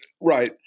right